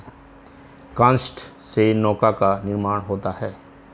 काष्ठ से नौका का निर्माण होता है